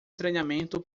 treinamento